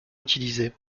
utilisé